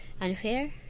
unfair